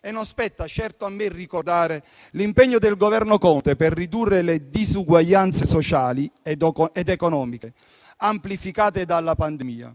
E non spetta certo a me ricordare l'impegno del Governo Conte per ridurre le disuguaglianze sociali ed economiche, amplificate dalla pandemia,